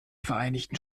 vereinigten